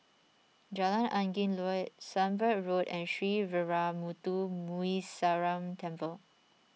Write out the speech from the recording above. Jalan Angin Laut Sunbird Road and Sree Veeramuthu Muneeswaran Temple